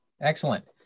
Excellent